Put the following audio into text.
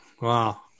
Wow